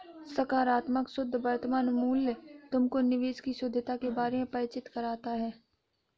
सकारात्मक शुद्ध वर्तमान मूल्य तुमको निवेश की शुद्धता के बारे में परिचित कराता है